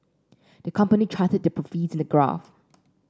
the company charted the profits in a graph